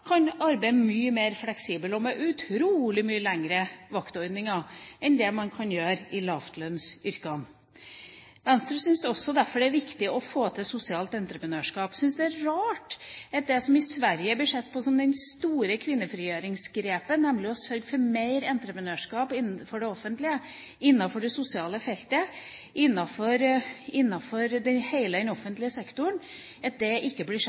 kan arbeide mye mer fleksibelt og ha utrolig mye lengre vakter enn det man kan i lavlønnsyrkene. Venstre syns derfor også det er viktig å få til sosialt entreprenørskap. Jeg syns det er rart at det som i Sverige blir sett på som det store kvinnefrigjøringsgrepet, nemlig å sørge for mer entreprenørskap innenfor det offentlige, sosiale feltet – innenfor hele den offentlige sektoren – i Norge ikke blir